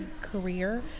career